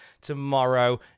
tomorrow